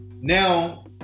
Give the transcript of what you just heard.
now